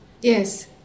Yes